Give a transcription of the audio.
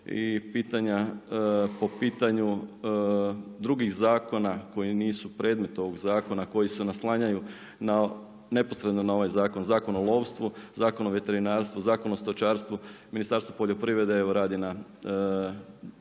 po pitanju drugih zakona koji nisu predmet ovog zakona, koji se naslanjaju neposredno na ovaj zakon, Zakon o lovstvu, Zakon o veterinarstvu, Zakon o stočarstvu. Ministarstvo poljoprivrede evo radi